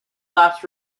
laps